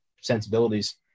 sensibilities